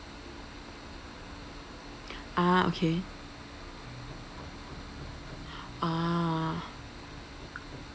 ah okay ah